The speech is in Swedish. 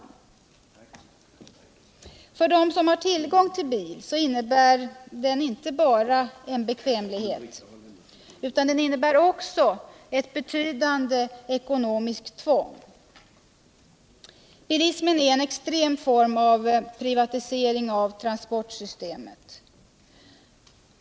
För dem som har tillgång till bil innebär den inte bara en bekvämlighet utan också ett betydande ekonomiskt tvång. Bilismen är en extrem form av privatisering av transportsystemet.